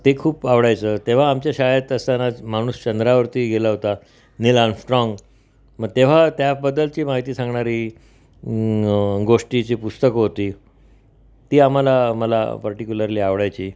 ते खूप आवडायचं तेव्हा आमच्या शाळेत असताना माणूस चंद्रावरती गेला होता नील आर्मस्ट्राँग मग तेव्हा त्याबद्दलची माहिती सांगणारी गोष्टीची पुस्तकं होती ती आम्हाला मला पर्टिक्युलरली आवडायची